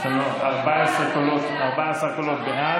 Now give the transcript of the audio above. יש לנו 14 קולות בעד.